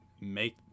make